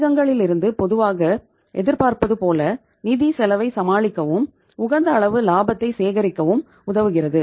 வணிகங்களிலிருந்து பொதுவாக எதிர்பார்பது போல நிதி செலவை சமாளிக்கவும் உகந்த அளவு லாபத்தை சேகரிக்கவும் உதவுகிறது